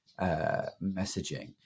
messaging